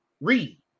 read